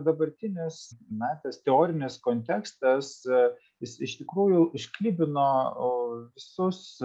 dabartinis na tas teorinis kontekstas jis iš tikrųjų išklibino visus